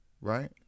Right